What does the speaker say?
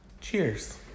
cheers